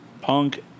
Punk